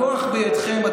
הכוח בידכם.